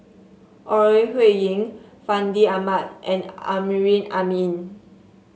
Ore Huiying Fandi Ahmad and Amrin Amin